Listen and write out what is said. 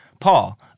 Paul